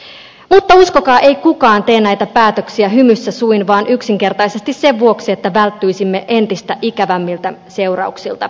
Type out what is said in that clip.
mutta uskokaa ei kukaan tee näitä päätöksiä hymyssä suin vaan yksinkertaisesti sen vuoksi että välttyisimme entistä ikävämmiltä seurauksilta